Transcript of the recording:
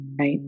Right